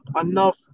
enough